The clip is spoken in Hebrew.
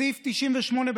תשפ"א וישועה,